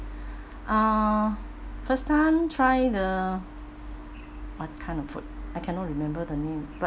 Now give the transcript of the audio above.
uh first time try the what kind of food I cannot remember the name but